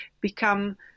become